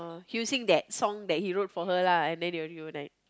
using that song that he wrote for her lah and then he will he will like